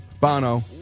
Bono